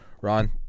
Ron